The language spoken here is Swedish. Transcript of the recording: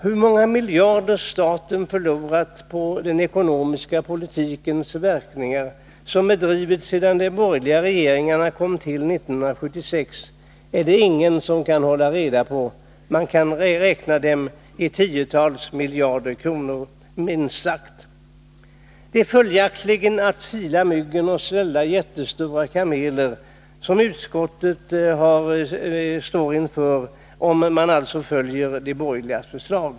Hur många miljarder staten förlorat genom verkningarna av den ekonomiska politik som bedrivits sedan de borgerliga regeringarna kom till 1976 kan väl knappast någon hålla reda på, men det torde allra minst röra sig om tiotals miljarder kronor. Det innebär följaktligen att vi silar mygg och sväljer jättestora kameler, om vi följer de borgerligas förslag.